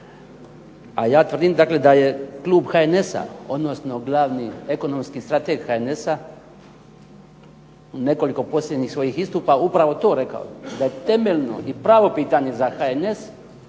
A ja tvrdim da je klub HNS-a odnosno glavni ekonomski strateg HNS-a u nekoliko posljednjih svojih istupa upravo to rekao. Da je temeljno i pravo pitanje za HNS